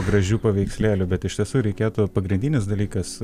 gražių paveikslėlių bet iš tiesų reikėtų pagrindinis dalykas